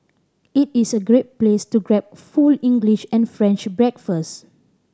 it is a great place to grab full English and French breakfast